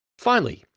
finally,